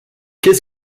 qu’est